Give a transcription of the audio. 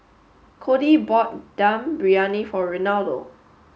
Codi bought Dum Briyani for Renaldo